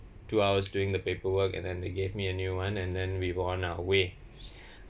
two hours doing the paperwork and then they gave me a new [one] and then we were on our way